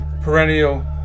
perennial